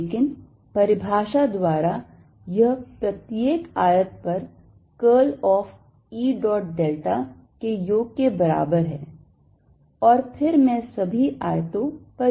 लेकिन परिभाषा द्वारा यह प्रत्येक आयत पर curl of E dot delta A के योग के बराबर है और फिर मैं सभी आयतों पर योग कर रहा हूं